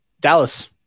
Dallas